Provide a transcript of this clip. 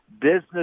business